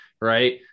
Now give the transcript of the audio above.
Right